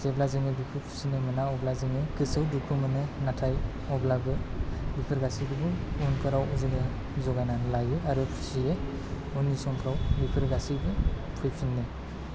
जेब्ला जोङो बेखौ फिसिनो मोना अब्ला जोङो गोसोयाव दुखु मोनो नाथाय अब्लाबो बेफोर गासैखौबो अनगाराव जोङो जौगानानै लायो आरो फिसियो उननि समफ्राव बेफोर गासैबो फैफिनो